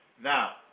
Now